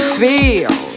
feel